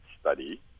Study